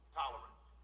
tolerance